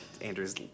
Andrew's